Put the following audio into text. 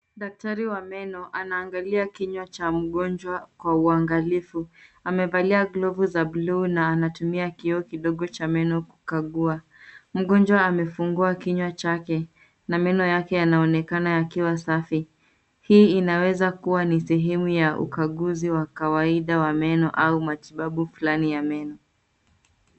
Daktari wa meno anaangalia kinywa cha mgonjwa kwa uangalifu, amevalia glovu za buluu na anatumia kioo kidogo cha meno kukagua. Mgonjwa amefungua kinywa chake na meno yake yanaonekana yakiwa safi. Hii inaweza kuwa ni sehemu ya ukaguzi wa kawaida wa meno au matibabu fulani ya meno.